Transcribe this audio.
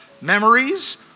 memories